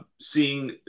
seeing